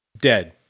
dead